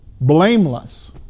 blameless